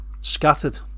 scattered